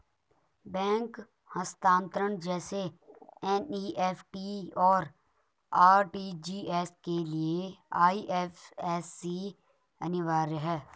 bank हस्तांतरण जैसे NEFT, और आर.टी.जी.एस के लिए आई.एफ.एस.सी अनिवार्य है